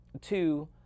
Two